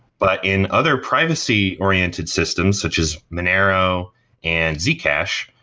but in other privacy-oriented systems such as monero and zcash,